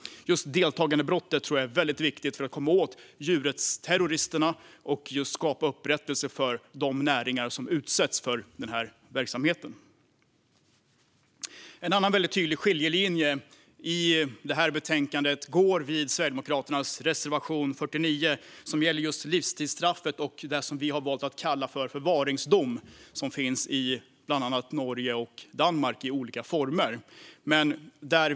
Just deltagandebrottet tror jag är mycket viktigt för att komma åt djurrättsterroristerna och skapa upprättelse för de näringar som utsätts för denna verksamhet. En annan mycket tydlig skiljelinje i detta betänkande framgår av Sverigedemokraternas reservation 49 som gäller just livstidsstraffet och det som vi har valt att kalla för förvaringsdom, som finns i bland annat Norge och Danmark i olika former.